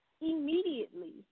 immediately